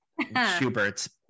Schuberts